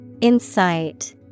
Insight